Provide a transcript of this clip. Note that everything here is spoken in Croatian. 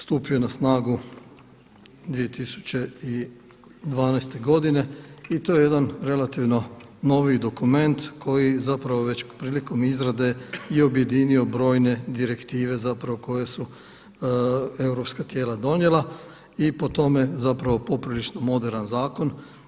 Stupio je na snagu 2012. godine i to je jedan noviji dokument koji zapravo već prilikom izrade i objedinio brojne direktive zapravo koje su europska tijela donijela i po tome zapravo poprilično moderan zakon.